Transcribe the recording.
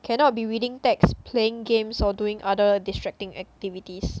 cannot be reading text playing games or doing other distracting activities